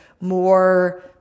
more